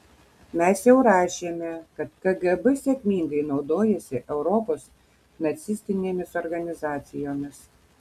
mes jau rašėme kad kgb sėkmingai naudojosi europos nacistinėmis organizacijomis